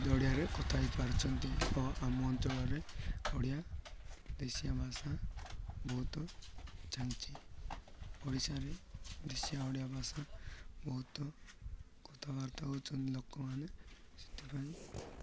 ଦ ଓଡ଼ିଆରେ କଥା ହୋଇପାରୁଛନ୍ତି ଓ ଆମ ଅଞ୍ଚଳରେ ଓଡ଼ିଆ ଦେଶିଆ ଭାଷା ବହୁତ ଚାଲିଛି ଓଡ଼ିଶାରେ ଦେଶିଆ ଓଡ଼ିଆ ଭାଷା ବହୁତ କଥାବାର୍ତ୍ତା ହୁଉନ୍ତି ଲୋକମାନେ ସେଥିପାଇଁ